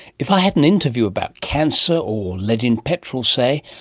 if i had an interview about cancer or lead in petrol say,